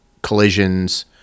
collisions